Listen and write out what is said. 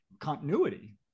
continuity